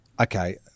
okay